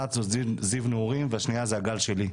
אחת זו "זיו נעורים" והשנייה זה "הגל שלי".